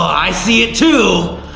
i see it too.